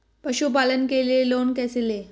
पशुपालन के लिए लोन कैसे लें?